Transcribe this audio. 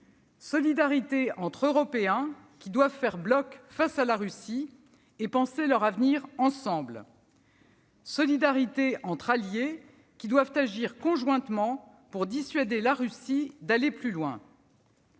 solidarité entre Européens qui doivent faire bloc face à la Russie et penser leur avenir ensemble, solidarité entre alliés qui doivent agir conjointement pour dissuader la Russie d'aller plus loin.